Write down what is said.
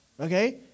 okay